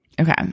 Okay